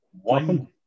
One